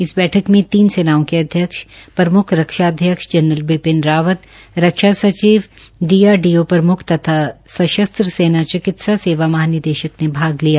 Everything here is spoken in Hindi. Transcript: इस बैठक में तीनों सेनाओं के अध्यक्ष प्रम्ख रक्षा अध्यक्ष जनरल विपिन रावत रक्षा सचिव डी आर डी ओ प्रमुख तथा शास्त्र सेना चिकित्सा सेवा के महानिदेशक ने भाग लिया